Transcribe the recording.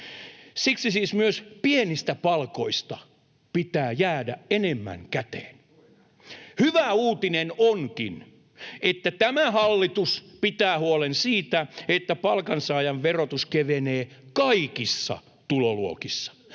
Siksi siis myös pienistä palkoista pitää jäädä enemmän käteen. Hyvä uutinen onkin, että tämä hallitus pitää huolen siitä, että palkansaajan verotus kevenee kaikissa tuloluokissa.